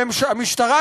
המשטרה,